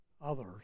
others